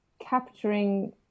capturing